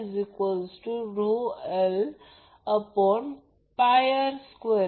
म्हणून I L PL √ 3 VL